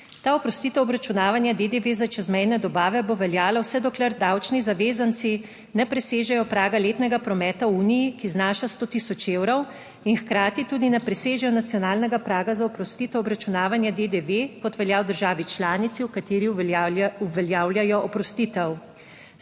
Ta oprostitev obračunavanja DDV za čezmejne dobave bo veljalo vse dokler davčni zavezanci ne presežejo praga letnega prometa v Uniji, ki znaša 100 tisoč evrov in hkrati tudi ne presežejo nacionalnega praga za oprostitev obračunavanja DDV, kot velja v državi članici, v kateri uveljavljajo oprostitev.